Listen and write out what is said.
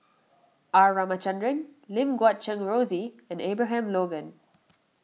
R Ramachandran Lim Guat Kheng Rosie and Abraham Logan